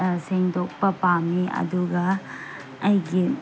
ꯁꯦꯡꯗꯣꯛꯄ ꯄꯥꯝꯃꯤ ꯑꯗꯨꯒ ꯑꯩꯒꯤ